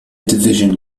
division